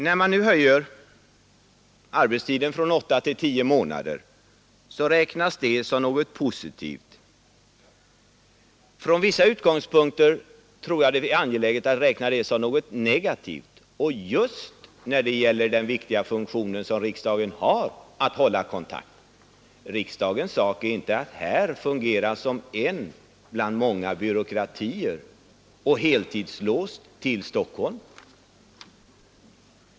När man nu förlänger arbetsperioden från åtta till tio månader räknas det som något positivt. Från vissa utgångspunkter tror jag att det är angeläget att räkna det som något negativt, särskilt när det gäller riksdagens viktiga funktion som kontaktorgan. Det är inte riksdagens uppgift att fungera som en bland många byråkratier, dessutom på heltid låst till Stockholm.